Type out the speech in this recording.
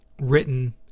written